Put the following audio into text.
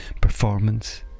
Performance